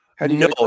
No